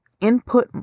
input